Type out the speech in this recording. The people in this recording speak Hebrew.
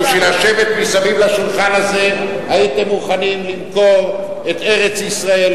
בשביל לשבת מסביב לשולחן הזה הייתם מוכנים למכור את ארץ-ישראל,